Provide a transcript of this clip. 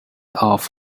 off